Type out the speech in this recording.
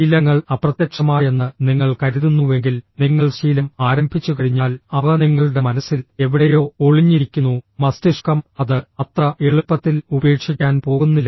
ശീലങ്ങൾ അപ്രത്യക്ഷമായെന്ന് നിങ്ങൾ കരുതുന്നുവെങ്കിൽ നിങ്ങൾ ശീലം ആരംഭിച്ചുകഴിഞ്ഞാൽ അവ നിങ്ങളുടെ മനസ്സിൽ എവിടെയോ ഒളിഞ്ഞിരിക്കുന്നു മസ്തിഷ്കം അത് അത്ര എളുപ്പത്തിൽ ഉപേക്ഷിക്കാൻ പോകുന്നില്ല